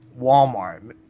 Walmart